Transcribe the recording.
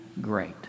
great